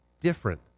different